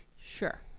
Sure